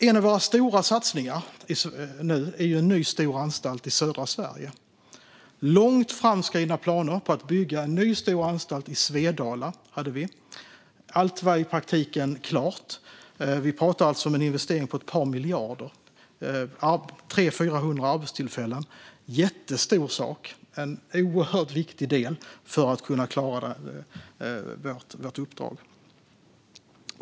En av våra stora satsningar är en ny stor anstalt i södra Sverige. Det fanns långt framskridna planer på att bygga en ny stor anstalt i Svedala. Allt var i praktiken klart. Vi pratar alltså om en investering på ett par miljarder och 300-400 arbetstillfällen. Det var en jättestor sak och en oerhört viktig del för att klara vårt uppdrag.